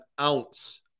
ounce